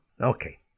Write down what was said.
Okay